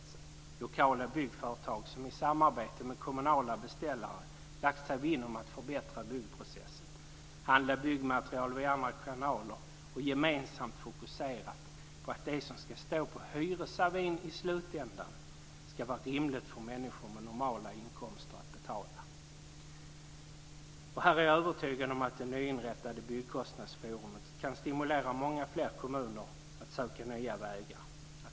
Det är lokala byggföretag som i samarbete med kommunala beställare har lagt sig vinn om att förbättra byggprocessen, handla byggmaterial via andra kanaler och gemensamt fokuserat på att det som ska stå på hyresavin i slutändan ska vara rimligt för människor med normala inkomster att betala. Här är jag övertygad om att det nyinrättade byggkostnadsforumet kan stimulera många fler kommuner att söka många nya vägar.